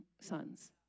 sons